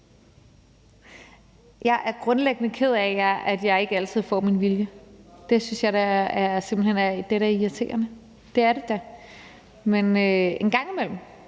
Jeg er grundlæggende ked af, at jeg ikke altid får min vilje, og det synes jeg da simpelt hen er irriterende. Men en gang imellem